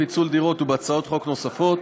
פיצול דירות) ובהצעות חוק נוספות,